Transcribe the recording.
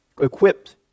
equipped